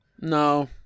No